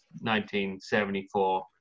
1974